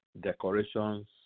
decorations